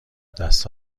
دست